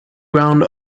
ground